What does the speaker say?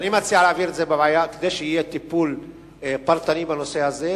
אני מציע להעביר את זה לוועדה כדי שיהיה טיפול פרטני בנושא הזה,